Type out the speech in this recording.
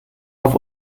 auf